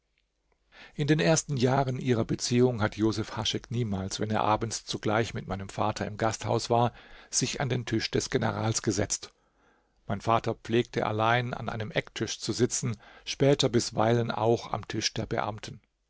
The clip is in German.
in den ersten jahren ihrer beziehung hat josef haschek niemals wenn er abends zugleich mit meinem vater im gasthaus war sich an den tisch des generals gesetzt mein vater pflegte allein an einem ecktisch zu sitzen später bisweilen auch am tisch der beamten